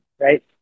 Right